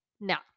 Now